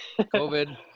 Covid